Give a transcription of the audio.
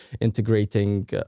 integrating